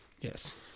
Yes